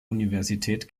universität